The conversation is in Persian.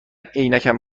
عینکم